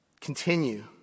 continue